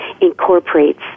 incorporates